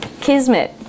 kismet